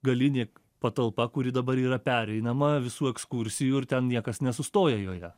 galinė patalpa kuri dabar yra pereinama visų ekskursijų ir ten niekas nesustoja joje